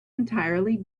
entirely